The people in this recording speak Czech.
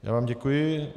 Já vám děkuji.